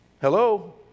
Hello